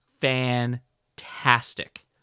fantastic